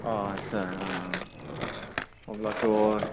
अ आच्चा ओ ओ अब्लाथ'